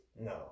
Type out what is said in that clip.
No